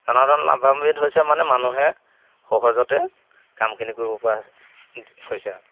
জনসাধাৰণ লাভাম্বিত হৈছে মানে মানুহে সহজতে কামখিনি কৰিব পৰা হৈছে